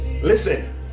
listen